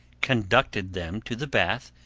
conducted them to the bath,